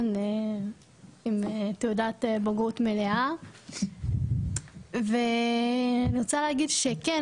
עם תעודת בגרות מלאה ואני רוצה להגיד שכן,